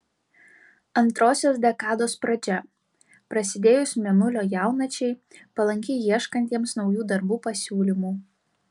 antrosios dekados pradžia prasidėjus mėnulio jaunačiai palanki ieškantiems naujų darbų pasiūlymų